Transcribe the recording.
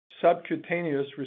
subcutaneous